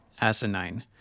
asinine